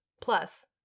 Plus